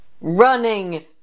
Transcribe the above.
running